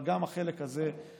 אבל גם החלק הזה חשוב,